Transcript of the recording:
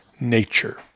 nature